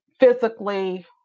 Physically